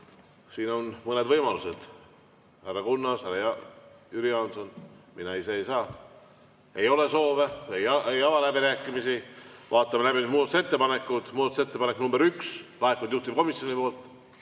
Siin on mõned võimalused, härra Kunnas, härra Jüri Jaanson. Mina ise ei saa. Ei ole soove? Ei ava läbirääkimisi. Vaatame läbi muudatusettepaneku. Muudatusettepanek nr 1, laekunud juhtivkomisjonilt.